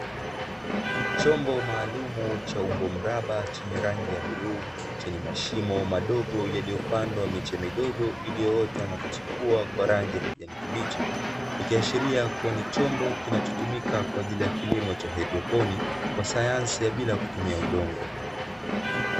Chombo maalumu cha umbo mraba chenye rangi ya bluu chenye mashimo madogo yaliyopandwa miche midogo iliyoota na kuchipua kwa rangi ya kijani kibichi, ikiashiria kuwa ni chombo kinachotumika kwa ajili ya kilimo cha haidroponi kwa sayansi ya bila kutumia udongo.